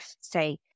say